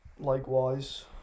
Likewise